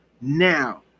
Now